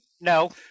No